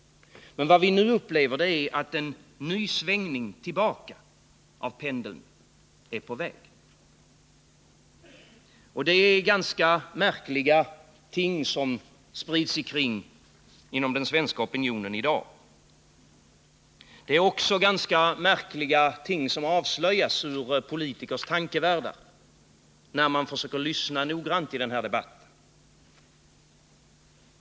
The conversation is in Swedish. Men vad vi nu upplever, det är att en svängning tillbaka av pendeln är på väg. Ganska märkliga ting sprids inom den svenska opinionen i dag, och man finner att politiska ting ur politikers tankevärldar avslöjas, om man försöker lyssna noggrant till den här debatten.